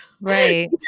Right